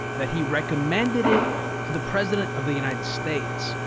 that he recommended it to the president of the united states,